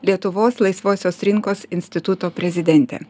lietuvos laisvosios rinkos instituto prezidentė